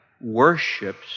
worships